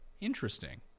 Interesting